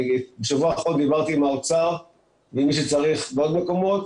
בשבוע האחרון דיברתי עם האוצר ועם מי שצריך בעוד מקומות,